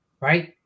right